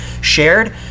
shared